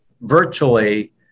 virtually